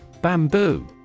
Bamboo